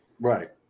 Right